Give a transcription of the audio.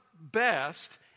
best